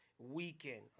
Weekend